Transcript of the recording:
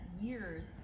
years